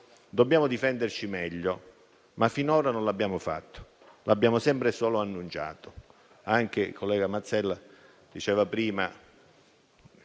Dobbiamo difenderci meglio, ma finora non lo abbiamo fatto: abbiamo fatto sempre e solo annunci.